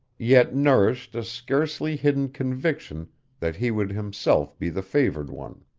yet nourished a scarcely hidden conviction that he would himself be the favored one.